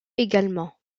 également